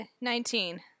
Nineteen